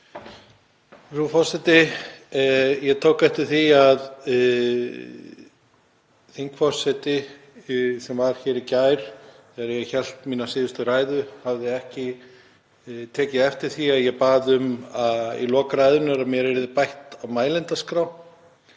Frú forseti. Ég tók eftir því að þingforseti, sem var hér í gær þegar ég hélt mína síðustu ræðu, hafði ekki tekið eftir því að ég bað um í lok ræðunnar að mér yrði bætt á mælendaskrá.